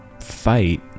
fight